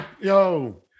Yo